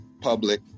public